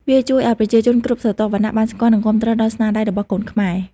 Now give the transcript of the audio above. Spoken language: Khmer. វាជួយឲ្យប្រជាជនគ្រប់ស្រទាប់វណ្ណៈបានស្គាល់និងគាំទ្រដល់ស្នាដៃរបស់កូនខ្មែរ។